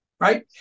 Right